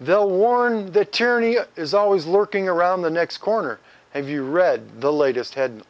the warned the tyranny is always lurking around the next corner have you read the latest head